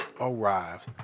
arrived